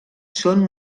són